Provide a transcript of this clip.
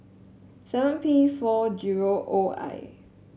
seven P four zero O I